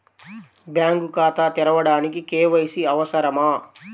Bank ఖాతా తెరవడానికి KYC అవసరమా?